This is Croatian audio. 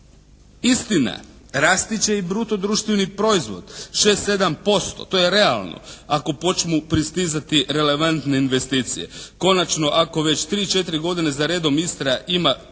Istina, rasti će i bruto društveni proizvod, 6%, 7%. To je realno ako počmu pristizati relevantne investicije. Konačno ako već tri, četiri godine za redom Istra ima